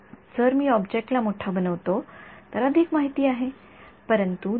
जर मी ऑब्जेक्ट ला मोठा बनवितो तर अधिक माहिती आहे परंतु दिलेल्या डोक्यास निश्चित आहे